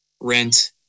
rent